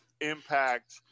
Impact